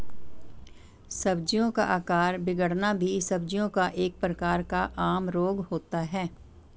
सब्जियों का आकार बिगड़ना भी सब्जियों का एक प्रकार का आम रोग होता है